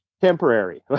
temporary